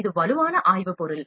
இது வலுவான ஆய்வு பொருள்